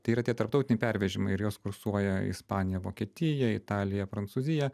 tai yra tie tarptautiniai pervežimai ir jos kursuoja ispanija vokietija italija prancūzija